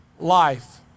life